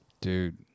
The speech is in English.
dude